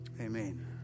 Amen